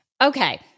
Okay